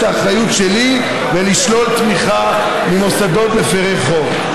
האחריות שלי ולשלול תמיכה ממוסדות מפירי חוק,